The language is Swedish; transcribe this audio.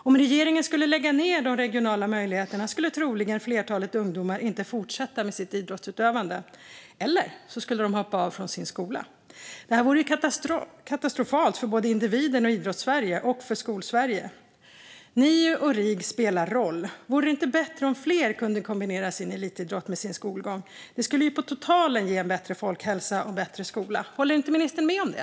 Om regeringen skulle lägga ned de regionala möjligheterna skulle troligen flertalet ungdomar inte fortsätta med sitt idrottsutövande, eller så skulle de hoppa av från sin skola. Det vore katastrofalt för både individen, Idrottssverige och Skolsverige. NIU och RIG spelar roll. Vore det inte bättre om fler kunde kombinera sin elitidrott med sin skolgång? Det skulle ju på totalen ge en bättre folkhälsa och en bättre skola. Håller inte ministern med om det?